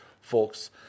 folks